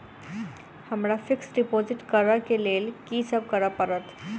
हमरा fix deposit करऽ केँ लेल की सब करऽ पड़त?